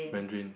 mandarin